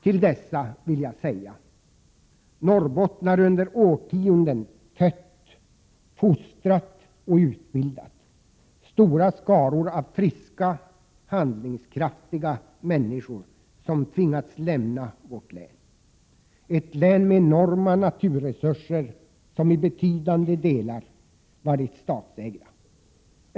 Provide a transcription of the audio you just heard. Till dessa vill jag säga: Norrbotten har under årtionden fött, fostrat och utbildat stora skaror av friska, handlingskraftiga människor som tvingats lämna vårt län, ett län med enorma naturresurser som i betydande delar varit statsägda.